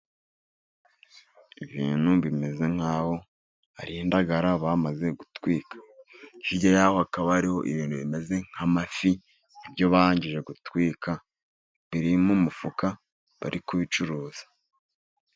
Ibintu bimeze nkaho ari indagara bamaze gutwika. Hirya yaho hakaba hariho ibintu bimeze nk'amafi, ibyo barangije gutwika biri mu mufuka, bari kubicuruza.